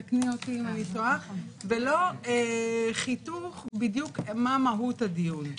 תקני אותי אם אני טועה ולא חיתוך בדיוק מה מהות הדיון.